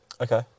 Okay